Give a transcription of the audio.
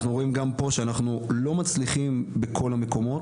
אנחנו רואים גם פה שאנחנו לא מצליחים בכל המקומות,